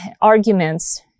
arguments